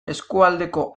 eskualdeko